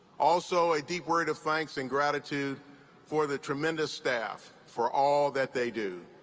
also, a deep word of thanks and gratitude for the tremendous staff for all that they do.